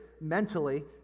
mentally